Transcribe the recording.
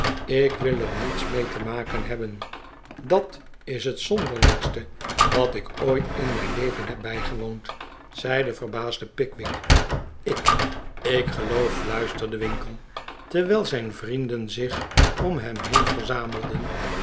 ik wil er niets mee te maken hebben dat is het zonderlingste wat ik ooit in mijn levenheb bijgewoond zei de verbaasde pickwick ik ik geloof fluisterde winkle terwijl zijn vrienden zich om hem heen verzamelden